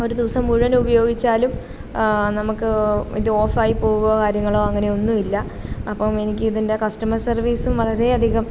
ഒരു ദിവസം മുഴുവനുപയോഗിച്ചാലും നമുക്ക് ഇതു ഓഫായി പോകുമോ കാര്യങ്ങളൊ അങ്ങനെയൊന്നുമില്ല അപ്പം എനിക്കിതിൻ്റെ കസ്റ്റമർ സർവ്വീസും വളരെയധികം